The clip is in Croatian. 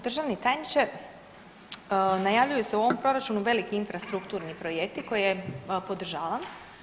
Državni tajniče, najavljuju se u ovom Proračunu veliki infrastrukturni projekti koje podržavam.